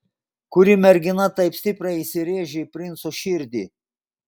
kuri mergina taip stipriai įsirėžė į princo širdį